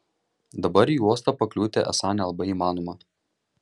dabar į uostą pakliūti esą nelabai įmanoma